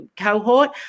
cohort